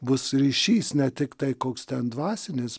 bus ryšys ne tik tai koks ten dvasinis